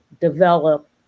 develop